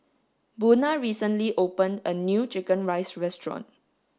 Buna recently opened a new chicken rice restaurant